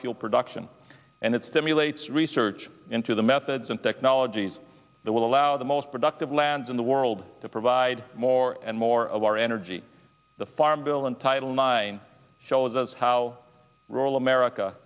biofuel production and it stimulates research into the methods and technologies that will allow the most productive lands in the world to provide more and more of our energy the farm bill and title nine shows us how rural america